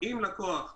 אם לקוח ביקש,